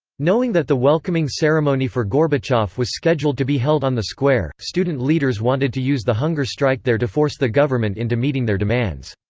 knowing that the welcoming ceremony for gorbachev was scheduled to be held on the square, student leaders wanted to use the hunger strike there to force the government into meeting their demands.